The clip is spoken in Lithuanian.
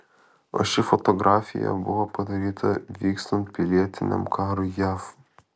o ši fotografija buvo padaryta vykstant pilietiniam karui jav